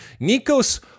Nikos